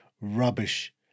rubbish